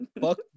Fuck